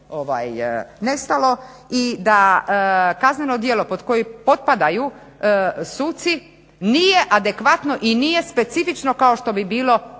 i da kazneno djelo pod koje potpadaju suci nije adekvatno i nije specifično kao što bi bilo